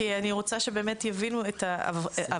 כי אני רוצה שבאמת יבינו את ההבחנות,